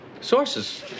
sources